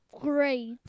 Great